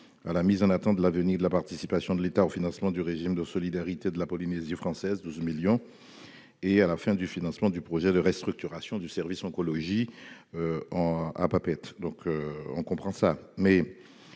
d'une mise en attente de l'avenir de la participation de l'État au financement du régime de solidarité de Polynésie française, pour 12 millions d'euros, et de la fin du financement du projet de restructuration du service oncologie de Papeete. Si je comprends